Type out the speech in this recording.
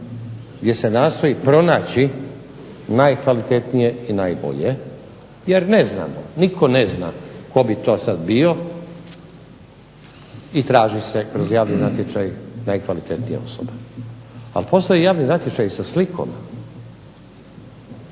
gdje se nastoji pronaći najkvalitetnije i najbolje jer ne znamo, nitko ne zna tko bi to sada bio, i traži se kroz javni natječaj najkvalitetnija osoba. Ali postoji javni natječaj sa slikom.